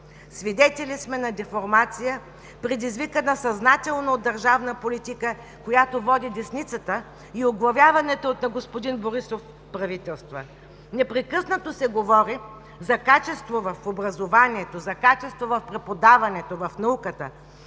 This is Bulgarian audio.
Свидетели сме на деформация, предизвикана съзнателно от държавна политика, която води десницата и оглавяваните от господин Борисов правителства. Непрекъснато се говори за качество в образованието, за качество в преподаването, в науката.